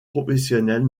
professionnelle